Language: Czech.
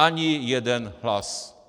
Ani jeden hlas.